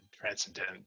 transcendent